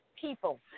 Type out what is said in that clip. people